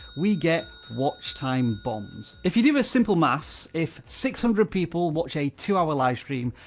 we get watch time bombs. if you do a simple maths, if six hundred people watch a two hour live stream,